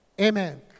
Amen